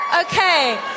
Okay